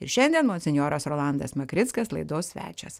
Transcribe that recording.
ir šiandien monsinjoras rolandas makrickas laidos svečias